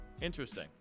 interesting